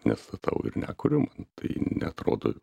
nestatau ir nekuriu man tai neatrodo